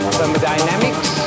Thermodynamics